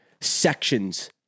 sections